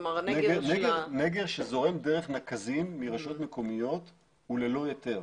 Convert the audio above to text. כלומר --- נגר שזורם דרך נקזים מראשויות מקומיות הוא ללא היתר,